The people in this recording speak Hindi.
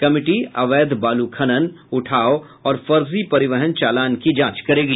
कमिटी अवैध बालू खनन उठाव और फर्जी परिवहन चालान की जांच करेगी